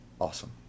awesome